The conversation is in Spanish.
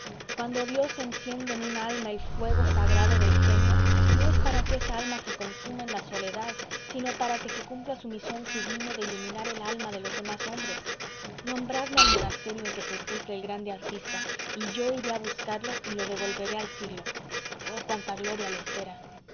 cuando dios enciende en un alma el fuego sagrado del genio no es para que esa alma se consuma en la soledad sino para que cumpla su misión sublime de iluminar el alma de los demás hombres nombradme el monasterio en que se oculta el grande artista y yo iré a buscarlo y lo devolveré al siglo oh cuánta gloria le espera